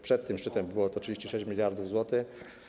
Przed tym szczytem było to 36 mld zł.